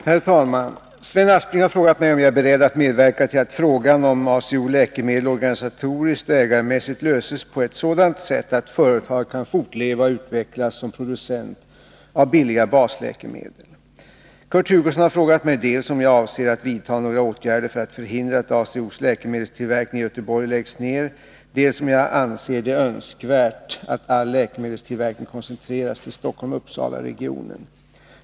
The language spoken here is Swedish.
Herr talman! Sven Aspling har frågat mig om jag är beredd att medverka till att frågan om ACO Läkemedel organisatoriskt och ägarmässigt löses på ett sådant sätt att företaget kan fortleva och utvecklas som producent av billiga basläkemedel. Kurt Hugosson har frågat mig dels om jag avser att vidta några åtgärder för att förhindra att ACO:s läkemedelstillverkning i Göteborg läggs ned, dels om jag anser det önskvärt att all läkemedelstillverkning koncentreras till Stockholm-Uppsalaregionen.